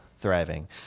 thriving